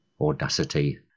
Audacity